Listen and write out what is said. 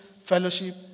Fellowship